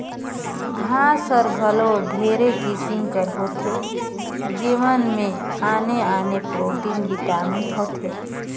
घांस हर घलो ढेरे किसिम कर होथे जेमन में आने आने प्रोटीन, बिटामिन होथे